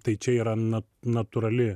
tai čia yra na natūrali